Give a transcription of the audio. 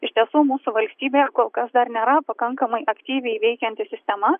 iš tiesų mūsų valstybėje kol kas dar nėra pakankamai aktyviai veikianti sistema